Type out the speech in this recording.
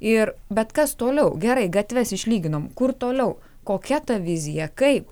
ir bet kas toliau gerai gatves išlyginom kur toliau kokia ta vizija kaip